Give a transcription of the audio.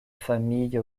famille